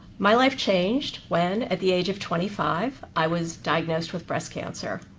my life changed when, at the age of twenty five, i was diagnosed with breast cancer.